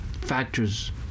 factors